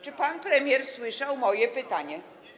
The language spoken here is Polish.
Czy pan premier słyszał moje pytanie?